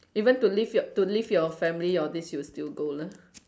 even to leave your to leave your family all this you will still go lah